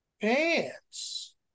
pants